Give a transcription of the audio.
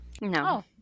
No